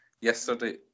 yesterday